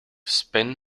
spin